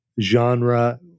genre